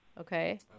Okay